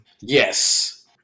Yes